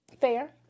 Fair